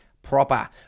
proper